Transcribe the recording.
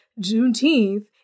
Juneteenth